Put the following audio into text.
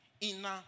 inner